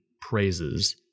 praises